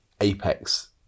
apex